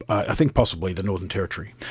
i think possibly the northern territory.